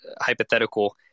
hypothetical